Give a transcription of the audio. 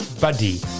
buddy